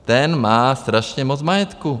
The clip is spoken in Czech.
Ten má strašně moc majetku.